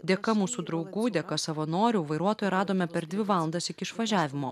dėka mūsų draugų dėka savanorių vairuotoją radome per dvi valandas iki išvažiavimo